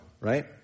right